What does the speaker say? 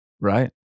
right